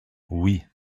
oui